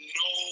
no